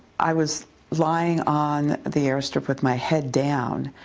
i was lying on the airstrip with my head down,